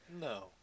no